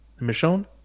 michonne